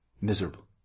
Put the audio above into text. Miserable